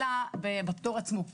אלא בפטור עצמו.